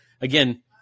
Again